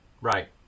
right